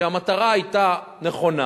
שהמטרה שלו היתה נכונה,